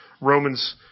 Romans